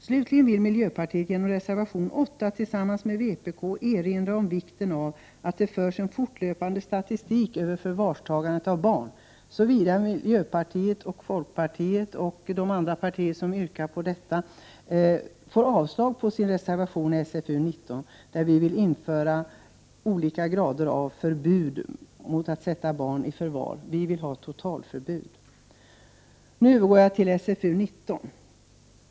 Slutligen vill vi i miljöpartiet genom reservation 8, som vi framställt tillsammans med vpk, erinra om vikten av att det förs en fortlöpande statistik över förvarstagandet av barn. Denna reservation kan stödjas om nu miljöpartiets, folkpartiets och vpk:s gemensamt framställda reservation i SfU19 skulle avslås. Vi vill alltså att olika grader av förbud införs när det gäller att sätta barn i förvar. Vi vill således ha ett totalförbud här. Så övergår jag till SfU19.